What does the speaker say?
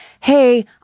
hey